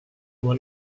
oma